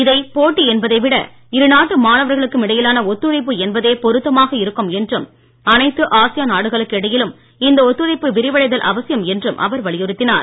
இதை போட்டி என்பதை விட இரு நாட்டு மாணவர்களுக்கும் இடையிலான ஒத்துழைப்பு என்பதே பொருத்தமாக இருக்கும் என்றும் அனைத்து ஆசியான் நாடுகளுக்கு இடையிலும் இந்த ஒத்துழைப்பு விரிவடைதல் அவசியம் என்றும் அவர் வலியுறுத்தினார்